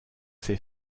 ces